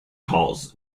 calls